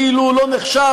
כאילו הוא לא נחשב,